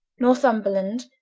northumberland,